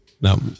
no